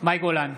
מאי גולן,